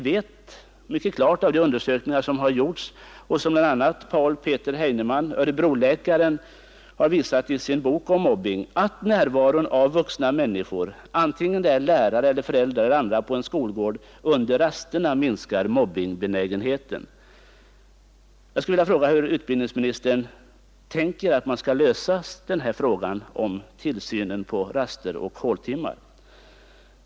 Genom de undersökningar som gjorts och som bl.a. Örebroläkaren Peter Paul Heinemann har redovisat i sin bok om mobbning, vet vi att närvaron av vuxna människor, antingen de är lärare eller föräldrar eller andra, på en skolgård under rasterna minskar mobbningsbenägenheten. Hur tänker utbildningsministern lösa frågan om tillsynen på raster och håltimmar.